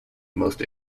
most